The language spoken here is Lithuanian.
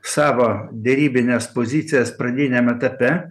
savo derybines pozicijas pradiniam etape